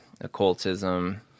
occultism